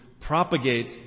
propagate